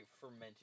fermented